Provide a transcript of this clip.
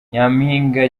nyampinga